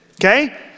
Okay